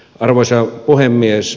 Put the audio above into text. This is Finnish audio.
arvoisa puhemies